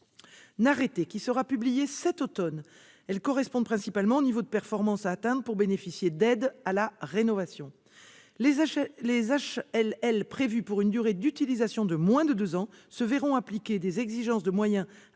arrêté qui sera publié cet automne. Elles correspondent principalement aux niveaux de performances à atteindre pour bénéficier d'aides à la rénovation. En second lieu, les HLL prévues pour une durée d'utilisation de moins de deux ans se verront appliquer des exigences de moyens